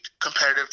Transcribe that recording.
competitive